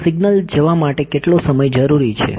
તો સિગ્નલ જવા માટે કેટલો સમય જરૂરી છે